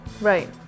Right